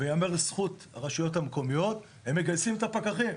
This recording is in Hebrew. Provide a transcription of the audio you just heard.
וייאמר לזכות הרשויות המקומיות שהן מגייסות את הפקחים,